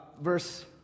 verse